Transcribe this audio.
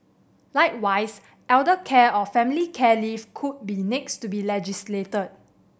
likewise elder care or family care leave could be next to be legislated